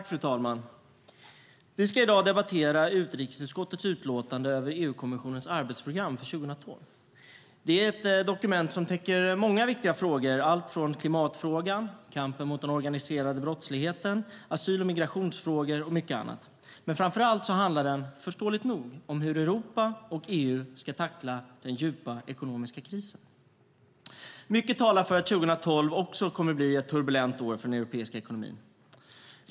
Fru talman! Vi ska i dag debattera utrikesutskottets utlåtande över EU-kommissionens arbetsprogram för 2012. Det är ett dokument som täcker många viktiga frågor - allt från klimatfrågan, kampen mot den organiserade brottsligheten till asyl och migrationsfrågor och mycket annat. Men framför allt handlar det, förståeligt nog, om hur Europa och EU ska tackla den djupa ekonomiska krisen. Mycket talar för att också 2012 kommer att bli ett turbulent år för den europeiska ekonomin.